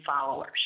followers